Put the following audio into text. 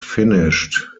finished